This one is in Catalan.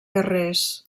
guerrers